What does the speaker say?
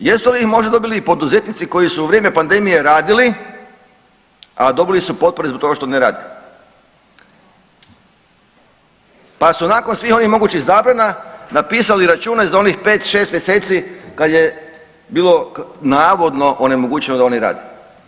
Jesu li ih možda dobili poduzetnici koji su u vrijeme pandemije radili, a dobili su potpore zbog toga što ne rade, pa su nakon svih onih mogućih zabrana napisali račune za onih 5, 6 mjeseci kad je bilo navodno onemogućeno da oni rade?